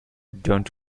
don’t